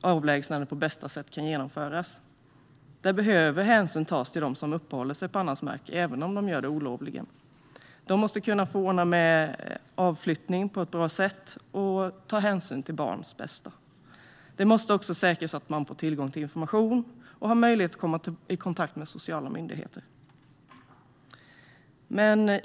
avlägsnandet på bästa sätt kan genomföras. Där behöver hänsyn tas till dem som uppehåller sig på annans mark, även om de gör det olovligen. De måste kunna få ordna med avflyttning på ett bra sätt som tar hänsyn till barns bästa. Det måste också säkras att man får tillgång till information och har möjlighet att komma i kontakt med sociala myndigheter.